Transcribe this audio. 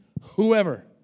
whoever